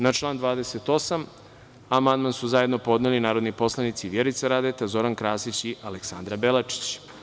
Na član 28. amandman su zajedno podneli narodni poslanici Vjerica Radeta, Zoran Krasić i Aleksandra Belačić.